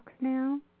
now